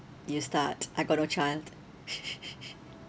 you start I got no child